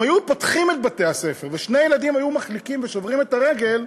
אם היו פותחים את בתי-הספר ושני ילדים היו מחליקים ושוברים רגל,